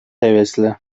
hevesli